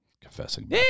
confessing